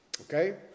okay